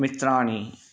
मित्राणि